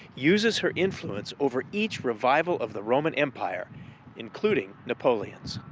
uses her influence over each revival of the roman empire including napoleon's.